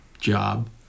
job